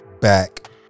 back